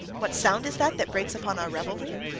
what sound is that that breaks upon our revelry?